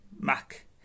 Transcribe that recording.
Mac